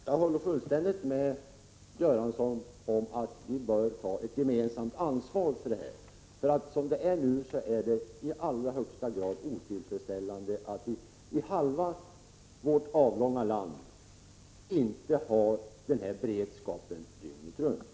24 april 1986 Herr talman! Jag håller fullständigt med Göransson om att vi bör ta ett gemensamt ansvar härvidlag, för det är i allra högsta grad otillfredsställande Meddelande om att vi nu i halva vårt avlånga land inte har denna beredskap dygnet runt.